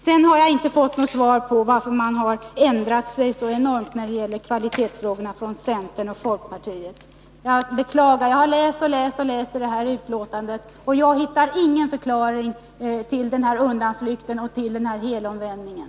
Sedan har jag inte fått något svar från centern och folkpartiet på frågan varför man har ändrat sig så enormt när det gäller kvalitetsfrågorna. Jag beklagar, men jag har läst och läst detta betänkande, och ändå hittar jag ingen förklaring till den här undanflykten och helomvändningen.